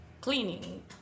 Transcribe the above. cleaning